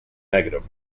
negative